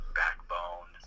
backbone